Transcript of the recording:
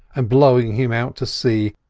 and blowing him out to sea,